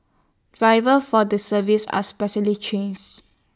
drivers for the service are specially chains